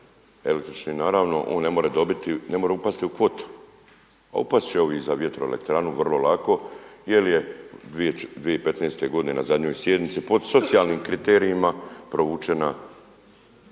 električne, naravno, on ne može dobiti, ne može upasti u kvotu a upasti će ovi za vjetroelektranu vrlo lako jer je 2015. godine na zadnjoj sjednici pod socijalnim kriterijima provučena